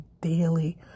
daily